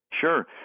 sure